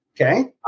Okay